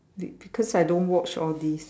be because I don't watch all these